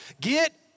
Get